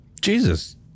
Jesus